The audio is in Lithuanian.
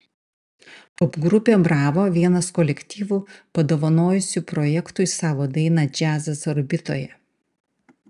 popgrupė bravo vienas kolektyvų padovanojusių projektui savo dainą džiazas orbitoje